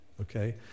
Okay